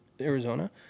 Arizona